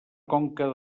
conca